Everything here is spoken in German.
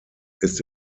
ist